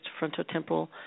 frontotemporal